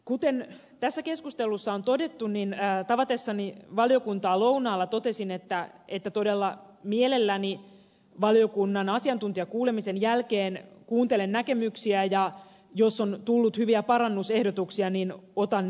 kuten tässä keskustelussa on todettu niin tavatessani valiokuntaa lounaalla totesin että todella mielelläni valiokunnan asiantuntijakuulemisen jälkeen kuuntelen näkemyksiä ja jos on tullut hyviä parannusehdotuksia niin otan ne huomioon